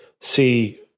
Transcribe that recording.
see